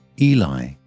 Eli